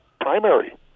primary